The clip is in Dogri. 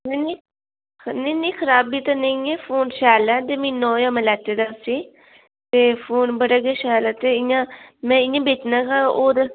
निं निं निं निं खराबी ते नेईं ऐ फोन शैल ऐ ते में नमां ऐ लैते दा उसी ते फोन बड़ा गै शैल ऐ ते इ'यां में इ'यां बेचना हा होर